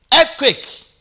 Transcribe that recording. Earthquake